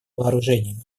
вооружениями